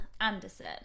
Anderson